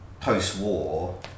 post-war